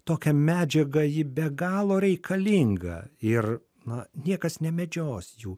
tokia medžiaga ji be galo reikalinga ir na niekas nemedžios jų